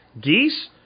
Geese